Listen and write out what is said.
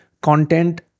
content